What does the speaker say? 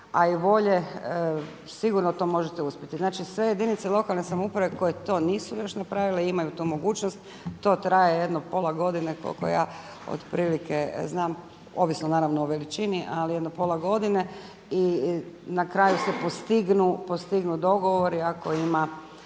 a i volje sigurno to možete uspjeti. Znači, sve jedinice lokalne samouprave koje to nisu još napravile imaju tu mogućnost. To traje jedno pola godine koliko ja otprilike znam ovisno naravno o veličini, ali jedno pola godine. I na kraju se postignu dogovori ako ima